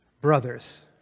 brothers